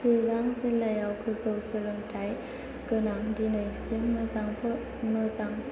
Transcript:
चिरां जिल्लायाव गोजौ सोलोंथाय गोनां दिनैसिम मोजां